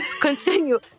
continue